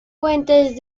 fuentes